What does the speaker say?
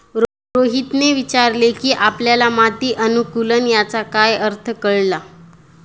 रोहितने विचारले की आपल्याला माती अनुकुलन याचा काय अर्थ कळला?